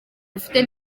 rufite